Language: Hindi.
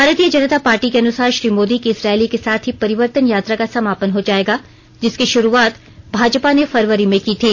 भारतीय जनता पार्टी के अनुसार श्री मोदी की इस रैली के साथ ही परिवर्तन यात्रा का समापन हो जाएगा जिसकी शुरुआत भाजपा ने फरवरी में की थी